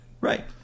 Right